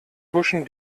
huschen